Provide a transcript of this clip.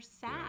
sad